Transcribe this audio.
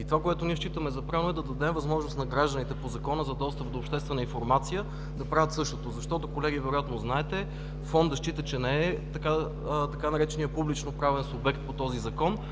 Това, което считаме за правилно, е да дадем възможност на гражданите по Закона за достъп до обществена информация да правят същото, защото, колеги, вероятно знаете, Фондът счита, че не е така нареченият публичноправен субект по този Закон